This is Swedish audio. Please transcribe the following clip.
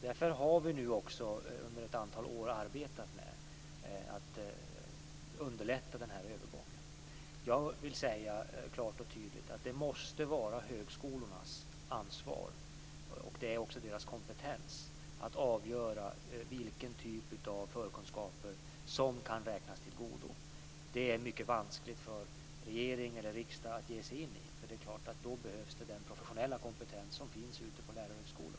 Därför har vi nu också under ett antal år arbetat med att underlätta den här övergången. Jag vill klart och tydligt säga att det måste vara högskolornas ansvar - där finns ju också deras kompetens - att avgöra vilken typ av förkunskaper som kan räknas till godo. Det är mycket vanskligt för regering eller riksdag att ge sig in i detta. Här behövs den professionella kompetens som finns ute på lärarhögskolorna.